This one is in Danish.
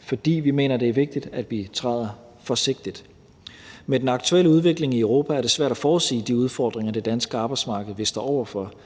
fordi vi mener, det er vigtigt, at vi træder forsigtigt. Med den aktuelle udvikling i Europa er det svært at forudsige de udfordringer, det danske arbejdsmarked vil stå over for –